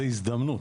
זו ההזדמנות,